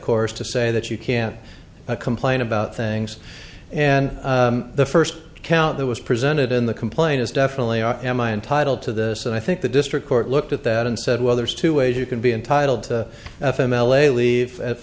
course to say that you can't complain about things and the first count that was presented in the complaint is definitely out am i entitled to this and i think the district court looked at that said well there's two ways you can be entitled to f m l a leave